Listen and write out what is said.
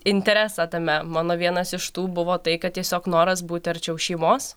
interesą tame mano vienas iš tų buvo tai kad tiesiog noras būti arčiau šeimos